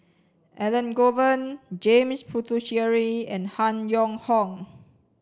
Elangovan James Puthucheary and Han Yong Hong